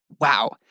wow